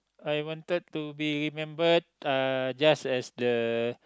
I wanted to be remembered uh just as the